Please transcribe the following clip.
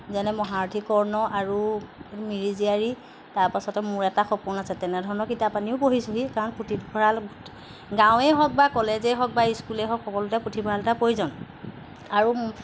যেনে মহাৰথী কৰ্ণ আৰু মিৰিজিয়াৰী তাৰপাছতে মোৰ এটা সপোন আছে তেনেধৰণৰ কিতাপ আনিও পঢ়িছোঁহি কাৰণ পুথিভঁৰাল গাঁৱেই হওক বা কলেজেই হওক বা স্কুলেই হওক সকলোতে পুথিভঁৰাল এটা প্ৰয়োজন আৰু